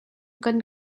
kan